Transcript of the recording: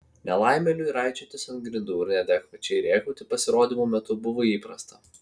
nelaimėliui raičiotis ant grindų ir neadekvačiai rėkauti pasirodymų metu buvo įprasta